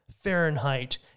Fahrenheit